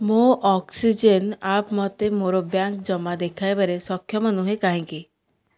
ମୋ oxygen app ମୋତେ ମୋର ବ୍ୟାଙ୍କ ଜମା ଦେଖାଇବାରେ ସକ୍ଷମ ନୁହେଁ କାହିଁକି